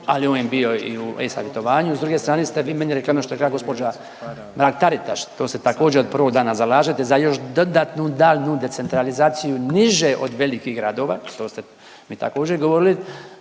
al on je bio i u e-Savjetovanju. S druge strane ste vi meni rekli ono što je rekla gospođa Mrak Taritaš, to se također od prvog dana zalažete za još dodatnu daljnju decentralizaciju niže od velikih gradova što ste mi također govorili